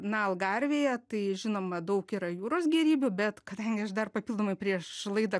na algarvėje tai žinoma daug yra jūros gėrybių bet kadangi aš dar papildomai prieš laidą